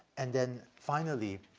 and then finally,